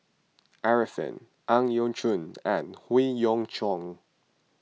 Arifin Ang Yau Choon and Howe Yoon Chong